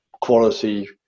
quality